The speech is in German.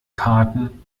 karten